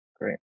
Great